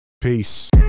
Peace